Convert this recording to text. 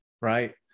Right